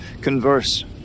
converse